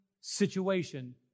situation